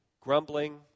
grumbling